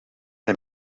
hem